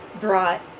brought